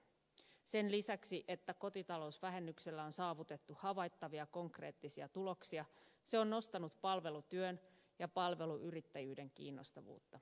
sen lisäksi että kotitalousvähennyksellä on saavutettu havaittavia konkreettisia tuloksia se on nostanut palvelutyön ja palveluyrittäjyyden kiinnostavuutta